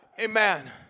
Amen